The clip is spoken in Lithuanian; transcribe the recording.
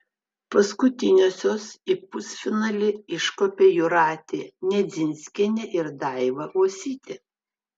paskutiniosios į pusfinalį iškopė jūratė nedzinskienė ir daiva uosytė